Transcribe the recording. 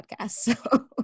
podcast